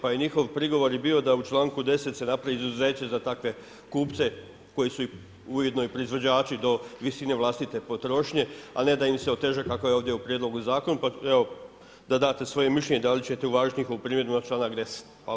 Pa je njihov prigovor i bio da u čl. 10. se napravi izuzeće za takve kupce koji su ujedno i proizvođači do visine vlastite potrošnje, a ne da im se oteža kako je ovdje u prijedlogu zakona, pa evo, da date svoje mišljenje da li ćete uvažiti njihovu primjedbu na čl. 10.